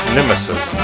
Nemesis